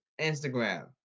Instagram